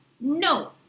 No